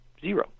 Zero